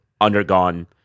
undergone